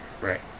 right